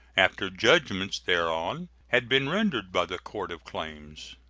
after judgments thereon had been rendered by the court of claims.